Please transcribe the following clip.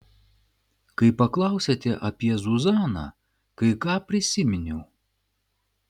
kai paklausėte apie zuzaną kai ką prisiminiau